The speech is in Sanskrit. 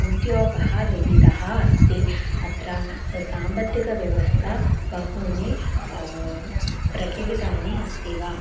उद्योगः लब्धः अस्ति अत्र साम्पत्तिकव्यवस्था बहूनि प्रकिटितानि अस्ति वा